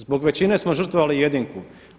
Zbog većine smo žrtvovali jedinku.